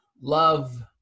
love